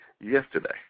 yesterday